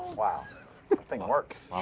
wow. this thing works.